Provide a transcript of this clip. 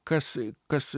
kas kas